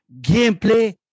gameplay